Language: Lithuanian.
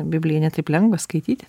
bibliją ne taip lengva skaityti